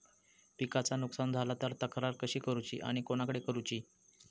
पिकाचा नुकसान झाला तर तक्रार कशी करूची आणि कोणाकडे करुची?